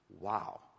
Wow